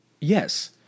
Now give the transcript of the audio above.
yes